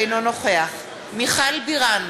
אינו נוכח מיכל בירן,